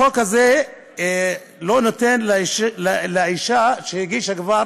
החוק הזה לא נותן לאישה שהגישה כבר